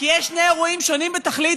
כי יש שני אירועים שונים בתכלית,